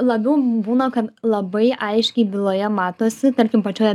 labiau būna kad labai aiškiai byloje matosi tarkim pačioje